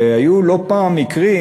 היו לא פעם מקרים